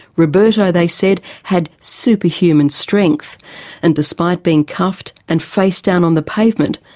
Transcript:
roberto, they said, had superhuman strength and despite being cuffed and face down on the pavement,